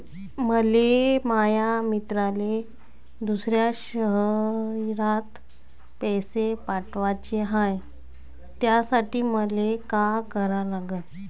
मले माया मित्राले दुसऱ्या शयरात पैसे पाठवाचे हाय, त्यासाठी मले का करा लागन?